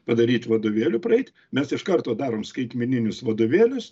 padaryt vadovėlių praeit mes iš karto darom skaitmeninius vadovėlius